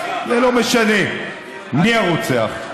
וזה לא משנה מי הרוצח.